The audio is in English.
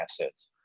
assets